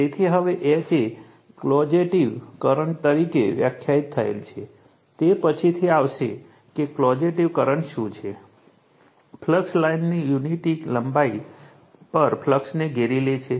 તેથી હવે H એ ક્વોજેટીવ કરંટ તરીકે વ્યાખ્યાયિત થયેલ છે તે પછીથી આવશે કે ક્વોજેટીવ કરંટ શું છે ફ્લક્સ લાઇનની યુનિટ લંબાઈ પર ફ્લક્સને ઘેરી લે છે